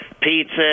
Pizza